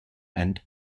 and